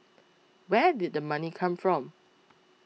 where did the money come from